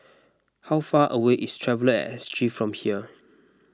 how far away is Traveller and S G from here